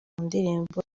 ndirimbo